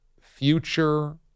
future